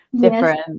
different